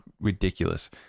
ridiculous